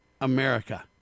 America